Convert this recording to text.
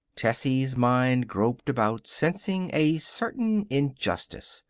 tessie's mind groped about, sensing a certain injustice.